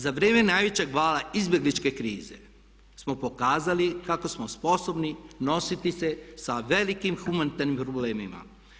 Za vrijeme najvećeg vala izbjegličke krize smo pokazali kako smo sposobni nositi se sa velikim humanitarnim problemima.